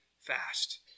fast